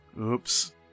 Oops